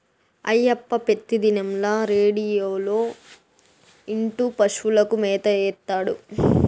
అయ్యప్ప పెతిదినంల రేడియోలో ఇంటూ పశువులకు మేత ఏత్తాడు